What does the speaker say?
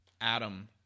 Adam